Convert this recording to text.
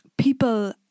people